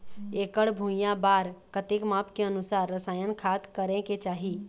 एकड़ भुइयां बार कतेक माप के अनुसार रसायन खाद करें के चाही?